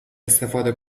استفاده